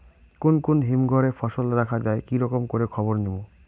কুন কুন হিমঘর এ ফসল রাখা যায় কি রকম করে খবর নিমু?